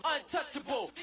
Untouchable